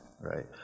Right